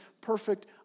perfect